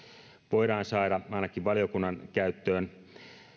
voidaan saada ainakin valiokunnan käyttöön